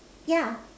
yeah